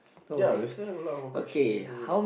ya we still have a lot more questions so don't worry